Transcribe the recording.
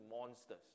monsters